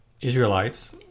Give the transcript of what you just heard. Israelites